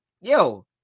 Yo